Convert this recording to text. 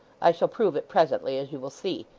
i shall prove it presently, as you will see.